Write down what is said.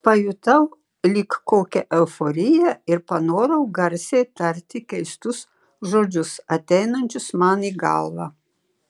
pajutau lyg kokią euforiją ir panorau garsiai tarti keistus žodžius ateinančius man į galvą